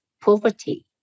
poverty